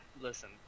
listen